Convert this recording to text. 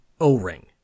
O-ring